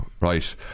right